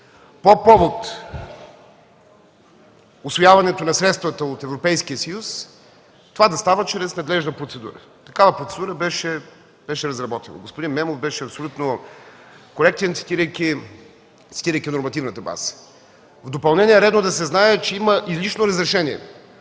по повод усвояването на средствата от Европейския съюз, това да става чрез надлежна процедура. Такава процедура беше разработена. Господин Имамов беше абсолютно коректен, цитирайки нормативната база. В допълнение е редно да се знае, че има изрично разрешение